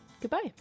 goodbye